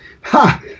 ha